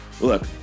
Look